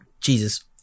Jesus